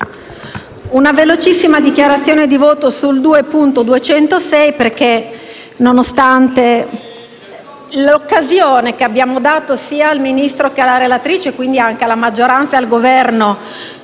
una veloce dichiarazione di voto su questo emendamento perché, nonostante l'occasione che abbiamo dato, sia al Ministro che alla relatrice e, quindi, anche alla maggioranza e al Governo,